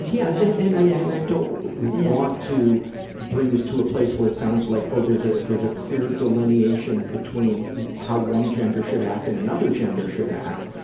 yeah yeah and i, yeah and i don't want to bring this to a place where it sounds like, oh there's a, there's a clear delineation between how one gender should act and another gender should act.